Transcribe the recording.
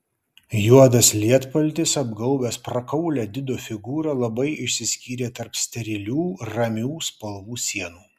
juodas lietpaltis apgaubęs prakaulią dido figūrą labai išsiskyrė tarp sterilių ramių spalvų sienų